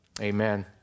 Amen